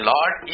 Lord